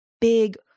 big